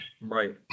Right